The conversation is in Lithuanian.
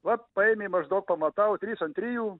va paėmė maždaug pamatau trys ant trijų